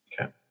Okay